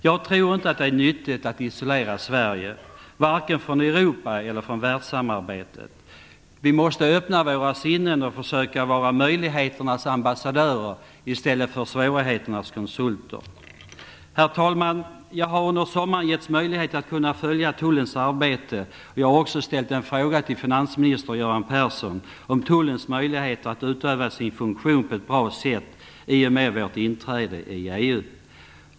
Jag tror inte att det är nyttigt att isolera Sverige från vare sig Europa eller världssamarbetet. Vi måste öppna våra sinnen och försöka vara möjligheternas ambassadörer i stället för svårigheternas konsulter. Herr talman! Jag har under sommaren givits möjligheten att följa tullens arbete. Jag har också ställt en fråga till finansminister Göran Persson om tullens möjlighet att utöva sin funktion på ett bra sätt i och med vårt inträde i EU.